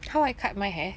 how I cut my hair